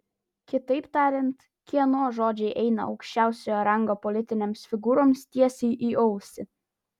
kitaip tariant kieno žodžiai eina aukščiausio rango politinėms figūroms tiesiai į ausį